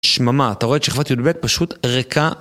שממה, אתה רואה את שכבת י"ב? פשוט ריקה.